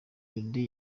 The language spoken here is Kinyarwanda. melodie